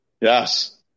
Yes